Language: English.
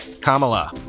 Kamala